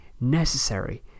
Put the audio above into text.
necessary